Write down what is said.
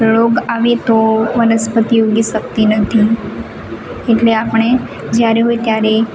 રોગ આવે તો વનસ્પતિઓ ઉગી શકતી નથી એટલે આપણે જ્યારે હોય ત્યારે